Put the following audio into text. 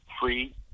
free